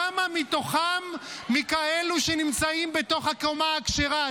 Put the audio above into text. כמה מתוכם הם כאלו שנמצאים בתוך הקומה הכשרה?